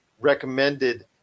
recommended